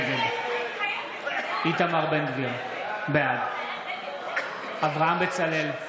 נגד איתמר בן גביר, בעד אברהם בצלאל,